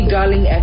Darling